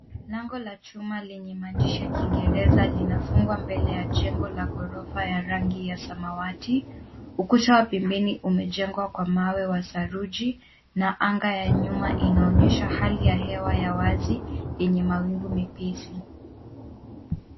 Lango la chuma lenye maandishi ya kiingereza linafungwa mbele ya jengo la ghorofa lenye rangi ya samawati. Ukuta wa pembeni umejengwa kwa mawe wa saruji na anga ya nyuma inaonyesha hali ya hewa ya wazi yenye mawingu mepesi.